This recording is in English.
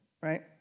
right